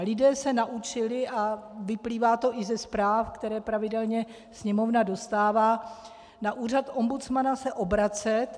Lidé se naučili, a vyplývá to i ze zpráv, které pravidelně Sněmovna dostává, na Úřad ombudsmana se obracet.